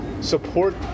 Support